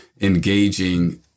engaging